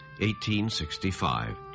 1865